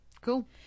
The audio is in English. Cool